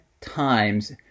times